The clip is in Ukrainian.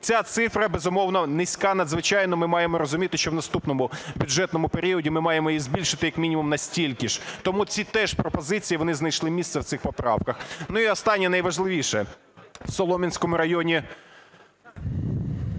Ця цифра, безумовно, низька надзвичайно. Ми маємо розуміти, що в наступному бюджетному періоді ми маємо її збільшити, як мінімум, на стільки ж. Тому ці теж пропозиції, вони знайшли місце в цих поправках. Ну, і останнє, найважливіше. В Солом'янському районі…